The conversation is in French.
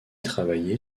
travaillé